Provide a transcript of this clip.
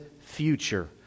future